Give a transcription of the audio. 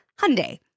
Hyundai